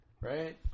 right